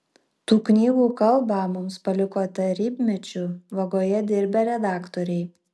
tų knygų kalbą mums paliko tarybmečiu vagoje dirbę redaktoriai